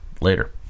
Later